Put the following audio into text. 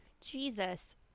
Jesus